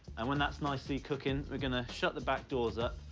and when that's nicely cooking, we're gonna shut the back doors up,